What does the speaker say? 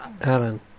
Alan